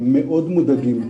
הם מאוד מודאגים.